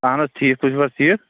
اَہن حظ ٹھیٖک تُہۍ چھُو حظ ٹھیٖک